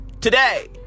today